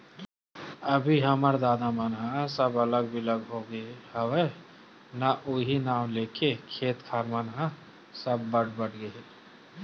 अभी हमर ददा मन ह सब अलग बिलग होगे हवय ना उहीं नांव लेके खेत खार मन ह सब बट बट गे हे